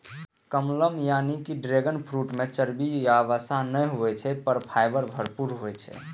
कमलम यानी dragon fruit मे चर्बी या वसा नै होइ छै, पर फाइबर भरपूर होइ छै